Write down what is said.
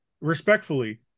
respectfully